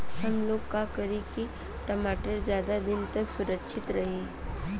हमलोग का करी की टमाटर ज्यादा दिन तक सुरक्षित रही?